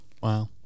Wow